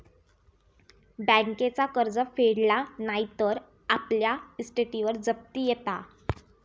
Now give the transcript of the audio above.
बँकेचा कर्ज फेडला नाय तर आपल्या इस्टेटीवर जप्ती येता